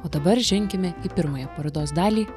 o dabar ženkime į pirmąją parodos dalį